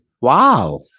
Wow